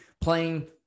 playing